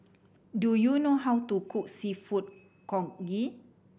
do you know how to cook Seafood Congee